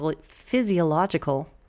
physiological